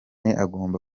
agomba